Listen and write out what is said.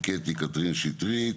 קטי קטרין שטרית